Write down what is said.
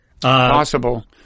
Possible